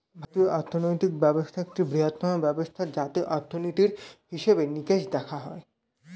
ভারতীয় অর্থনৈতিক ব্যবস্থা একটি বৃহত্তম ব্যবস্থা যাতে অর্থনীতির হিসেবে নিকেশ দেখা হয়